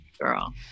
Girl